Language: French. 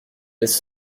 laisse